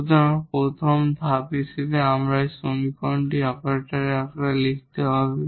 সুতরাং প্রথম ধাপ হিসেবে আমাদের এই সমীকরণটি অপারেটর আকারে লিখতে হবে